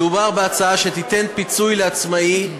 מדובר בהצעה שתיתן פיצוי לעצמאי,